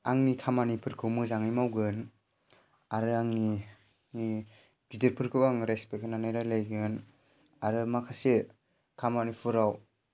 आंनि खामानिफोरखौ मोजाङै मावगोन आरो आंनि गिदिरफोरखौ आं रिस्पेक्ट होनानै रायज्लायगोन आरो माखासे खामानिफोराव